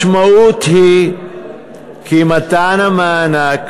המשמעות היא שמתן המענק